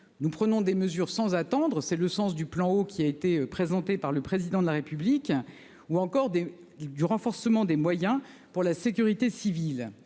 Nous prenons des mesures sans attendre. C'est le sens du plan eau qui a été présenté par le président de la République ou encore des du renforcement des moyens pour la sécurité civile